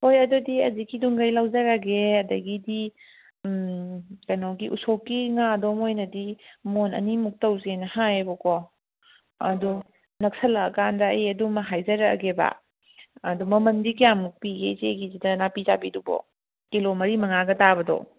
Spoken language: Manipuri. ꯍꯣꯏ ꯑꯗꯨꯗꯤ ꯍꯧꯖꯤꯛꯀꯤꯗꯨ ꯃꯈꯩ ꯂꯧꯖꯔꯒꯦ ꯑꯗꯨꯗꯒꯤꯗꯤ ꯀꯩꯅꯣꯒꯤ ꯎꯁꯣꯞꯀꯤ ꯉꯥꯗꯣ ꯃꯈꯣꯏꯅꯗꯤ ꯃꯣꯟ ꯑꯅꯤꯃꯨꯛ ꯇꯧꯁꯦꯅ ꯍꯥꯏꯌꯦꯕꯀꯣ ꯑꯗꯣ ꯅꯛꯁꯜꯂꯛꯑꯀꯥꯟꯗ ꯑꯩ ꯑꯗꯨꯃ ꯍꯥꯏꯖꯔꯛꯑꯒꯦꯕ ꯑꯗꯣ ꯃꯃꯜꯗꯤ ꯀꯌꯥꯃꯨꯛ ꯄꯤꯕꯒꯦ ꯏꯆꯦꯒꯤꯁꯤꯗ ꯅꯥꯄꯤꯆꯥꯕꯤꯗꯨꯕꯣ ꯀꯤꯂꯣ ꯃꯔꯤ ꯃꯉꯥꯒ ꯇꯥꯕꯗꯣ